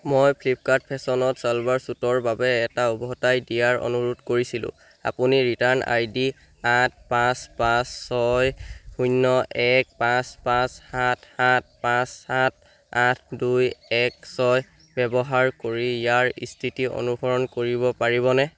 মই ফ্লিপকাৰ্ট ফেশ্বনত ছেলৱাৰ ছুটৰ বাবে এটা উভতাই দিয়াৰ অনুৰোধ কৰিছিলোঁ আপুনি ৰিটাৰ্ণ আই ডি আঠ পাঁচ পাঁচ ছয় শূন্য এক পাঁচ পাঁচ সাত সাত পাঁচ সাত আঠ দুই এক ছয় ব্যৱহাৰ কৰি ইয়াৰ স্থিতি অনুসৰণ কৰিব পাৰিবনে